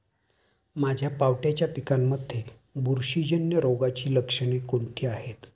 माझ्या पावट्याच्या पिकांमध्ये बुरशीजन्य रोगाची लक्षणे कोणती आहेत?